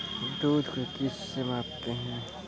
दूध को किस से मापते हैं?